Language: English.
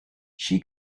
she